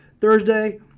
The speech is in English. Thursday